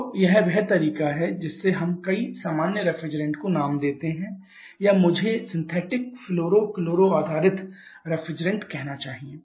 तो यह वह तरीका है जिससे हम कई सामान्य रेफ्रिजरेंट को नाम देते हैं या मुझे सिंथेटिक फ्लोरो क्लोरो आधारित रेफ्रिजरेंट कहना चाहिए